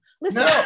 Listen